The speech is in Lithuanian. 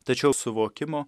tačiau suvokimo